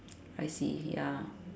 I see ya